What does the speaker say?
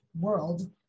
world